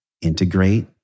integrate